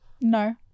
No